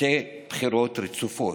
שתי בחירות רצופות.